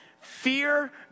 fear